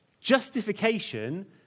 Justification